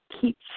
Keep